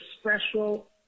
special